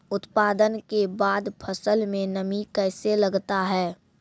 उत्पादन के बाद फसल मे नमी कैसे लगता हैं?